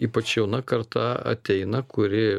ypač jauna karta ateina kuri